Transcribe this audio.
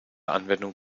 anwendung